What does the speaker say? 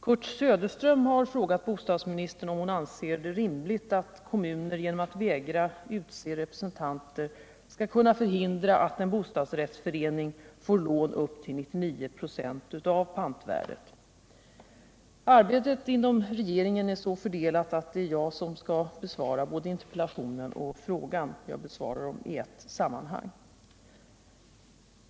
Kurt Söderström har frågat bostadsministern om hon anser det rimligt att kommuner genom att vägra utse representanter skall kunna förhindra att en bostadsrättsförening får lån upp till 99 96 av pantvärdet. Arbetet inom regeringen är så fördelat att det är jag som skall besvara både interpellationen och frågan. Jag besvarar dem i ett sammanhang.